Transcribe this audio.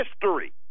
history